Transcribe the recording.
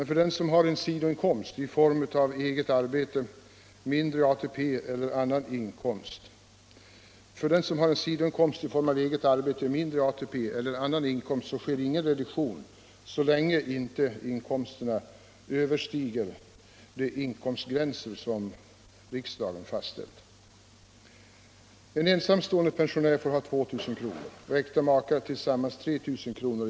För den som har en sidoinkomst i form av eget arbete, mindre ATP eller annan inkomst sker ingen reduktion så länge inte inkomsten överstiger de inkomstgränser som riksdagen fastställt. En ensamstående pensionär får ha 2 000 kr. och äkta makar tillsammans 3 000 kr.